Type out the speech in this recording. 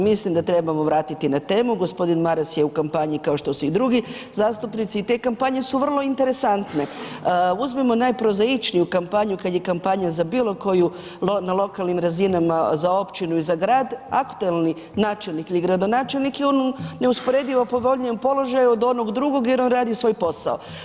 Mislim da trebamo vratiti na temu, gospodin Maras je u kampanji kao što su i drugi zastupnici i te kampanje su vrlo interesantne uzmimo najprozaičniju kampanju kad je kampanja za bilo koju na lokalnim razinama za općinu i za grad aktualni načelnik ili gradonačelnik je u neusporedivo povoljnijem položaju od onog drugog jer on radi svoj posao.